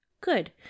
Good